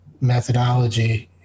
Methodology